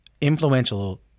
influential